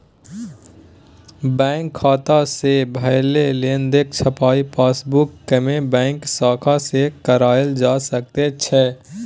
bank खाता सँ भेल लेनदेनक छपाई पासबुकमे बैंक शाखा सँ कराएल जा सकैत छै